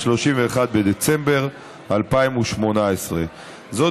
31 בדצמבר 2018. זאת,